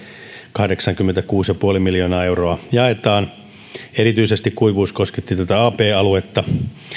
kahdeksankymmentäkuusi pilkku viisi miljoonaa euroa jaetaan kuivuus kosketti erityisesti ab aluetta